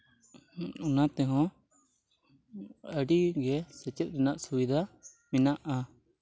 ᱚᱱᱟᱛᱮᱦᱚᱸ ᱟᱹᱰᱤ ᱜᱮ ᱥᱮᱪᱮᱫ ᱨᱮᱱᱟᱜ ᱥᱩᱵᱤᱫᱷᱟ ᱢᱮᱱᱟᱜᱼᱟ